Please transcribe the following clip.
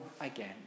again